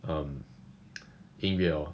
um 音乐 hor